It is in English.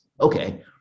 Okay